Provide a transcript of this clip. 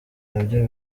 nabyo